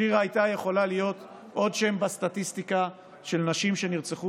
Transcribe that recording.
שירה הייתה יכולה להיות עוד שם בסטטיסטיקה של נשים שנרצחו